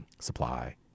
supply